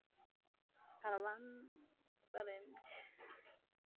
तब अन्त करै छी